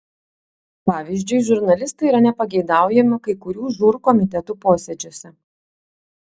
pavyzdžiui žurnalistai yra nepageidaujami kai kurių žūr komitetų posėdžiuose